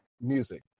music